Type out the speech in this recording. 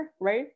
right